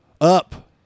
up